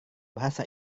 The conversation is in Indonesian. bahasa